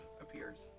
appears